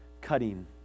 cutting